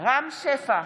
רם שפע,